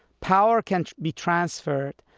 power can be transferred,